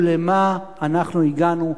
ולמה אנחנו הגענו,